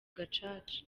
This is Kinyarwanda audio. gacaca